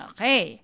Okay